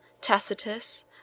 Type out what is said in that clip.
Tacitus